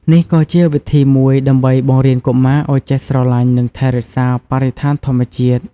នេះក៏ជាវិធីមួយដើម្បីបង្រៀនកុមារឲ្យចេះស្រឡាញ់និងថែរក្សាបរិស្ថានធម្មជាតិ។